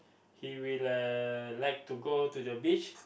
he will uh like to go to the beach